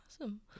Awesome